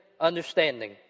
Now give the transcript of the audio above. understanding